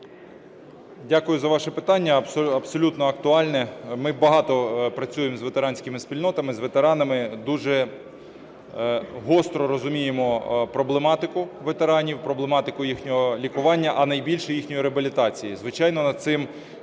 Дякую за ваше питання. Абсолютно актуальне. Ми багато працюємо з ветеранськими спільнотами, з ветеранами, дуже гостро розуміємо проблематику ветеранів, проблематику їхнього лікування, а найбільше, їхньої реабілітації. Звичайно, над цим працює